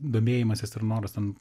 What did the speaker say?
domėjimasis ir noras ten